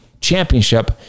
championship